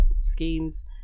schemes